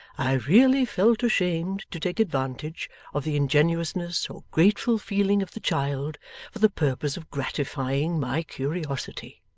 i really felt ashamed to take advantage of the ingenuousness or grateful feeling of the child for the purpose of gratifying my curiosity.